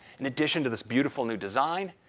in addition to this beautiful new design,